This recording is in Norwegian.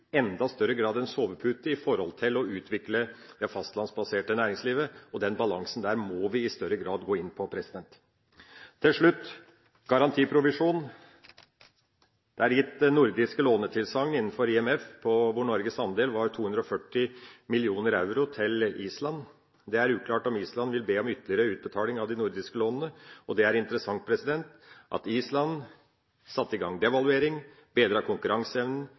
enda større grad bli en sovepute når det gjelder å utvikle det fastlandsbaserte næringslivet, og den balansen må vi i større grad gå inn på. Så til slutt garantiprovisjon: Det er gitt nordiske lånetilsagn innenfor IMF, hvor Norges andel var 240 mill. euro til Island. Det er uklart om Island vil be om ytterligere utbetaling av de nordiske lånene, og det er interessant at Island satte i gang devaluering, bedret konkurranseevnen,